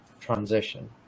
transition